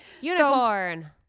unicorn